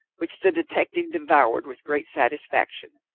which the detective devoured with great satisfaction,